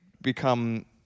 become